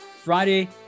Friday